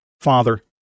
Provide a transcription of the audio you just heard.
Father